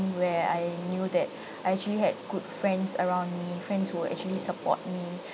where I knew that I actually had good friends around me friends who will actually support me